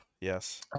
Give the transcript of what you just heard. yes